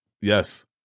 Yes